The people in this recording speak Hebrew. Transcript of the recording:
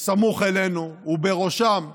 סמוך אלינו, ובראשם חיזבאללה,